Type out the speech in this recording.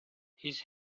his